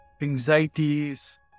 anxieties